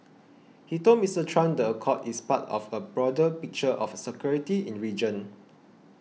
he told Mister Trump the accord is part of a broader picture of security in region